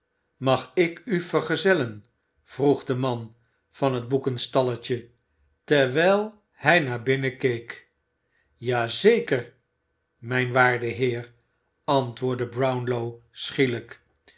mag ik u vergezellen vroeg de man van het boekenstalletje terwijl hij naar binnen keek ja zeker mijn waarde heer antwoordde brownlow schielijk